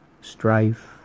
strife